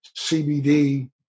CBD